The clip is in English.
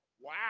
Wow